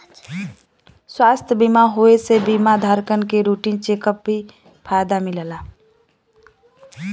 स्वास्थ्य बीमा होये से बीमा धारकन के रूटीन चेक अप में भी फायदा मिलला